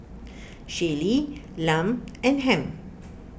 Shaylee Lum and Hamp